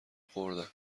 خوردن